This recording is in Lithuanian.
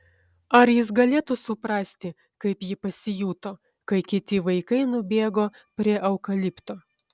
ar jis galėtų suprasti kaip ji pasijuto kai kiti vaikai nubėgo prie eukalipto